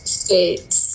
states